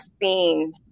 seen